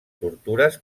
tortures